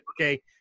Okay